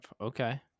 okay